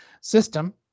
system